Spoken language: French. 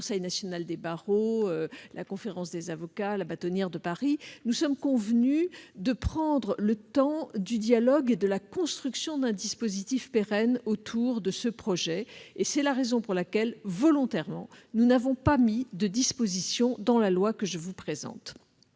le Conseil national des barreaux, la Conférence des bâtonniers et la Bâtonnière de Paris, de prendre le temps du dialogue et de la construction d'un dispositif pérenne autour de ce projet. C'est la raison pour laquelle, volontairement, nous n'avons pas mis de dispositions à ce sujet dans le projet de loi que je vous présente.